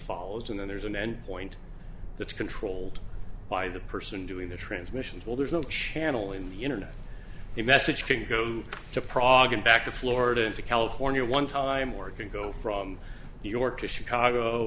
falls and then there's an end point that's controlled by the person doing the transmissions well there's no channel in the internet the message can go to prague and back to florida to california one time where it can go from new york to chicago